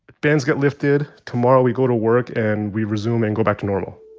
bans get lifted, tomorrow, we go to work, and we resume and go back to normal.